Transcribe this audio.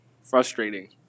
Frustrating